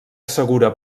segura